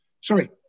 sorry